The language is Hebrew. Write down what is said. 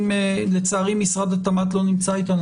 לצערי משרד התמ"ת לא נמצא איתנו,